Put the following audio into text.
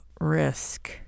risk